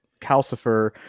calcifer